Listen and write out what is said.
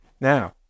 Now